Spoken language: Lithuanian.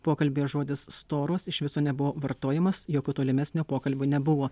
pokalbyje žodis storos iš viso nebuvo vartojamas jokių tolimesnių pokalbių nebuvo